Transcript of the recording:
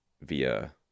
via